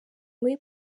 muri